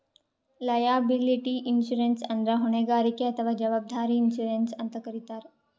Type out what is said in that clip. liability insurance ಅಂದ್ರ ಹೊಣೆಗಾರಿಕೆ ಅಥವಾ ಜವಾಬ್ದಾರಿ ಇನ್ಶೂರೆನ್ಸ್ ಅಂತ್ ಕರಿತಾರ್